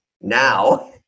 now